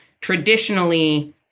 traditionally